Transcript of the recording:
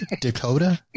Dakota